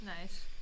Nice